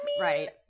Right